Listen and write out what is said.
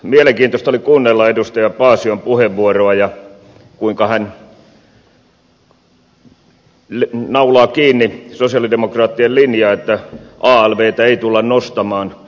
mielenkiintoista oli kuunnella edustaja paasion puheenvuoroa kuinka hän naulaa kiinni sosialidemokraattien linjaa että alvtä ei tulla nostamaan